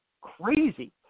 crazy